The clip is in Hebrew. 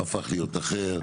הפך להיות אחר.